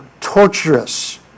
torturous